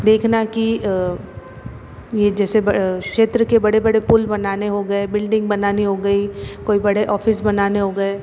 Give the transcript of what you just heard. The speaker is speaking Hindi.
देखना कि ये जैसे क्षेत्र के बड़े बड़े पुल बनाने हो गए बिल्डिंग बनानी हो गई कोई बड़े ऑफिस बनाने हो गए